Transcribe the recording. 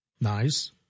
Nice